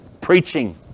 preaching